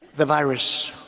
the virus.